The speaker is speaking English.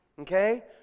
Okay